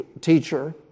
teacher